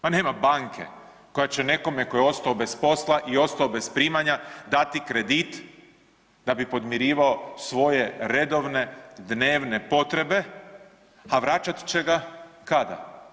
Pa nema banke koja će nekome tko je ostao bez posla i ostao bez primanja dati kredit da bi podmirivao svoje redovne dnevne potrebe, a vraćat će ga, kada?